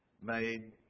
made